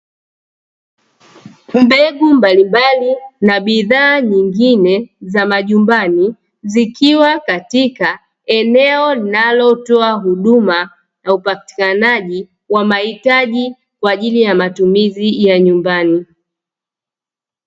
Mbegu mbalimbali na bidhaa nyingine za majumbani, zikiwa katika eneo linalotoa huduma za upatikanaji wa mahitaji kwa ajili ya matumizi ya nyumbani.